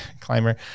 climber